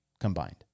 combined